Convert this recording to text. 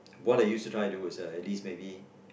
what I used to try to do is at least maybe